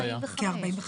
מי בעד?